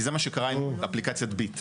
כי זה מה שקרה עם אפליקציית ביט.